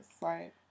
Right